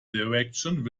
directions